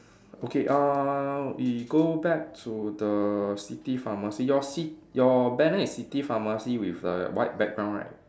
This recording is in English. okay uh we go back to the city pharmacy your ci~ your banner is city pharmacy with the white background right